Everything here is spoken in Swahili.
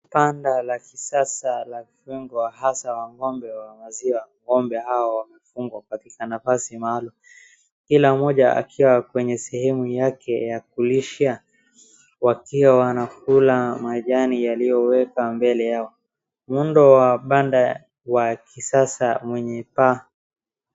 Banda la kisasa la kufungwa hasa wa ngombe wa maziwa. Ng'ombe hawa wamefungwa katika nafasi maalum kila mmoja akiwa kwenye sehemu yake ya kulishia wakiwa wanakula majani yaliyowekwa mbele yao. Muundo wa banda wa kisasa mwenye paa.